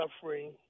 suffering